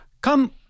come